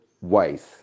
wise